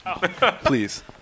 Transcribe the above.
Please